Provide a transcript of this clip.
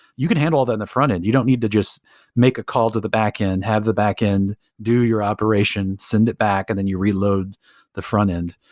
you can handle all that in the front-end. you don't need to just make a call to the backend, have the backend do your operation, send it back and then you reload the front-end.